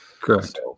Correct